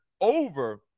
over